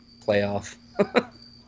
playoff